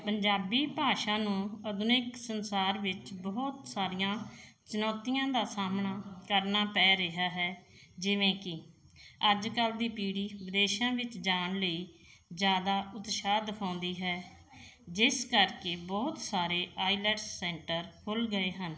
ਪੰਜਾਬੀ ਭਾਸ਼ਾ ਨੂੰ ਆਧੁਨਿਕ ਸੰਸਾਰ ਵਿੱਚ ਬਹੁਤ ਸਾਰੀਆਂ ਚੁਣੌਤੀਆਂ ਦਾ ਸਾਹਮਣਾ ਕਰਨਾ ਪੈ ਰਿਹਾ ਹੈ ਜਿਵੇਂ ਕਿ ਅੱਜ ਕੱਲ੍ਹ ਦੀ ਪੀੜ੍ਹੀ ਵਿਦੇਸ਼ਾਂ ਵਿੱਚ ਜਾਣ ਲਈ ਜ਼ਿਆਦਾ ਉਤਸ਼ਾਹ ਦਿਖਾਉਂਦੀ ਹੈ ਜਿਸ ਕਰਕੇ ਬਹੁਤ ਸਾਰੇ ਆਈਲੈਟਸ ਸੈਂਟਰ ਖੁੱਲ੍ਹ ਗਏ ਹਨ